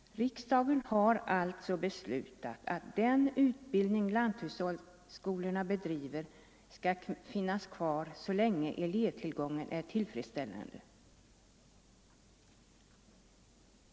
Riksdagen har också i år beslutat att den utbildning lanthushållsskolorna bedriver skall finnas kvar så länge elevtillgången är tillfredsställande.